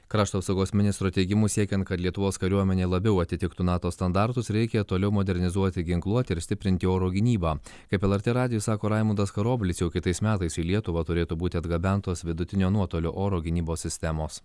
krašto apsaugos ministro teigimu siekiant kad lietuvos kariuomenė labiau atitiktų nato standartus reikia toliau modernizuoti ginkluotę ir stiprinti oro gynybą kaip lrt radijui sako raimundas karoblis jau kitais metais į lietuvą turėtų būti atgabentos vidutinio nuotolio oro gynybos sistemos